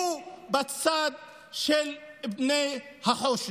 הוא בצד של בני החושך.